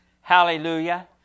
hallelujah